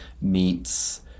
meets